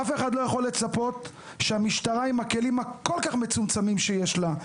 אף אחד לא יכול לצפות שהמשטרה עם הכלים הכל כך מצומצמים שיש לה,